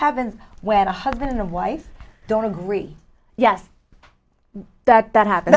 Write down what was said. happens when a husband and wife don't agree yes that happens